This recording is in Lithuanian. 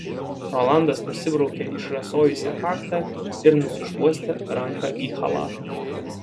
rolandas nusibraukė išrasojusią kaktą ir nusišluostė ranką į chalatą